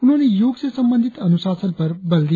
उन्होंने योग से संबोधित अनुसंधान पर बल दिया